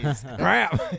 Crap